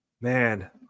man